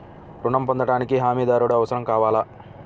ఋణం పొందటానికి హమీదారుడు అవసరం కావాలా?